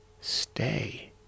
stay